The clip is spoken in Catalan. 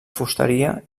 fusteria